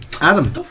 Adam